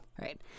Right